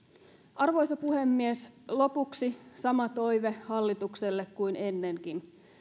arvoisa puhemies lopuksi sama toive hallitukselle kuin ennenkin